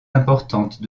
importante